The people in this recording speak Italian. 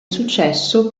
successo